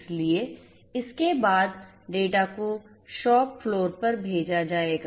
इसलिए इसके बाद डेटा को शॉप फ्लोर पर भेजा जाएगा